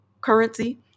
currency